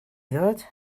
ddod